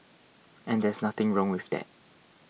and there's nothing wrong with that